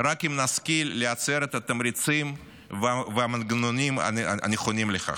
אם רק נשכיל לייצר את התמריצים והמנגנונים הנכונים לכך.